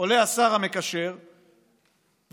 עולה השר המקשר ומדבר